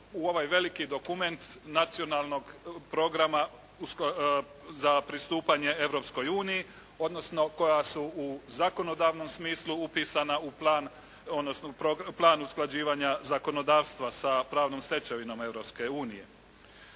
u ovaj veliki dokument nacionalnog programa za pristupanje Europskoj uniji, odnosno koja su u zakonodavnom smislu upisana u plan, odnosno plan usklađivanja zakonodavstva sa pravnom stečevinom Europske unije.